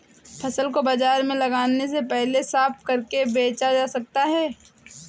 फसल को बाजार में लाने से पहले साफ करके बेचा जा सकता है?